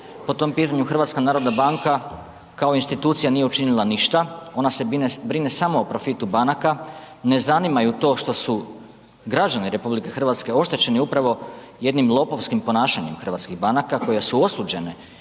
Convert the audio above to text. po tom pitanju HNB kao institucija nije učinila ništa, ona se brine samo o profitu banaka, ne zanima ju to što su građani RH oštećeni upravo jednim lopovskim ponašanjem hrvatskih banaka koje su osuđene